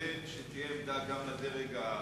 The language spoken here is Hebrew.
כדי שתהיה עמדה גם לדרג המקצועי.